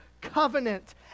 covenant